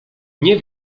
nie